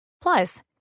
Plus